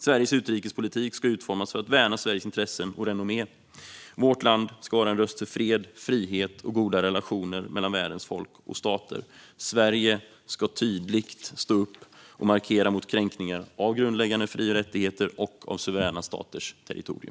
Sveriges utrikespolitik ska utformas för att värna Sveriges intressen och renommé. Vårt land ska vara en röst för fred, frihet och goda relationer mellan världens folk och stater. Sverige ska tydligt stå upp och markera mot kränkningar av grundläggande fri och rättigheter och av suveräna staters territorium.